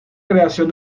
creación